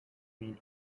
mean